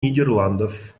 нидерландов